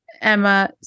emma